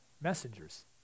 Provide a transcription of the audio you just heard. messengers